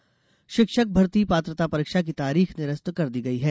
परीक्षा निरस्त शिक्षक भर्ती पात्रता परीक्षा की तारीख निरस्त कर दी गई है